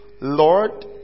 Lord